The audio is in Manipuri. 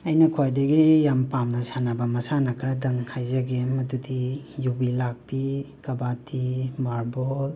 ꯑꯩꯅ ꯈ꯭ꯋꯥꯏꯗꯒꯤ ꯌꯥꯝꯅ ꯄꯥꯝꯅ ꯁꯥꯅꯕ ꯃꯁꯥꯟꯅ ꯈꯔꯇꯪ ꯍꯥꯏꯖꯒꯦ ꯃꯗꯨꯗꯤ ꯌꯨꯕꯤ ꯂꯥꯛꯄꯤ ꯀꯥꯕꯥꯇꯤ ꯃꯥꯔꯕꯣꯜ